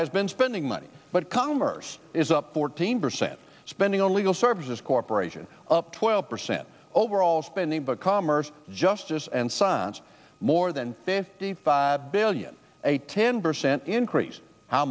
has been spending money but commerce is up fourteen percent spending on legal services corporation up twelve percent overall spending but commerce justice and science more than fifty five billion a ten percent increase how